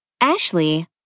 Ashley